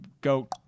go